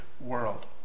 world